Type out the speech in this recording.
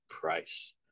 Price